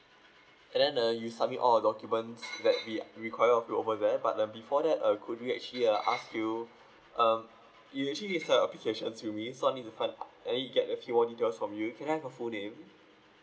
and then uh you submit all the documents that be required of you over there but uh before that uh could I actually uh ask you um you've actually sent applications to me so I need to find out I need to get a few more details from you can I have your full name